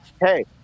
Hey